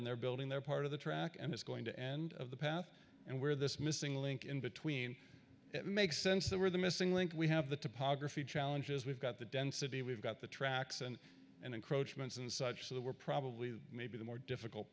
and they're building their part of the track and it's going to end of the path and where this missing link in between it makes sense that where the missing link we have the topography challenges we've got the density we've got the tracks and and encroachments and such that we're probably maybe the more difficult